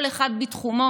כל אחד בתחומו,